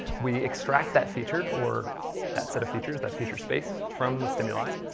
we extract that feature, or that set of features, that feature space from the stimuli,